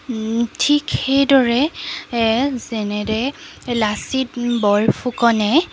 ঠিক সেইদৰে যেনেদেৰ লাচিত বৰফুকনে